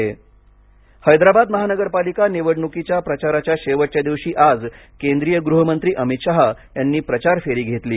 तेलगण हैदराबाद महानगरपालिका निवडणुकीच्या प्रचाराच्या शेवटच्या दिवशी आज केंद्रीय गृहमंत्री अमित शहा यांनी प्रचारफेरी घेतली